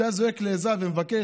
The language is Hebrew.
היה זועק לעזרה ומבקש,